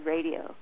Radio